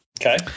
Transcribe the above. Okay